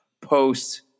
post